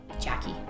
Jackie